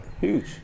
Huge